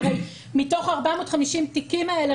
כי הרי מתוך 450 התיקים האלה,